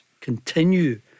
continue